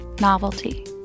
novelty